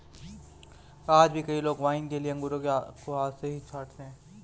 आज भी कई लोग वाइन के लिए अंगूरों को हाथ से ही छाँटते हैं